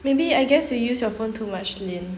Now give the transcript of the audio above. maybe I guess you use your phone too much lynn